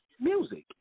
music